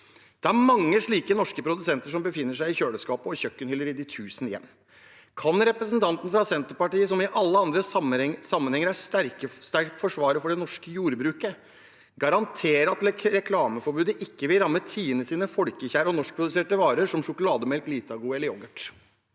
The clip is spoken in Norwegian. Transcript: Det er mange slike norske produkter som befinner seg i kjøleskap og kjøkkenhyller i de tusen hjem. Kan representanten fra Senterpartiet, som i alle andre sammenhenger er sterke forsvarere for det norske jordbruket, garantere at reklameforbudet ikke vil ramme Tines folkekjære og norskproduserte varer som sjokolademelk, Litago eller yoghurt?